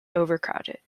overcrowded